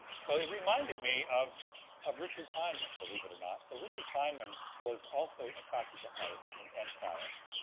so it reminded me of of richard feynman, believe it or not. so richard feynman was also attracted to art and science.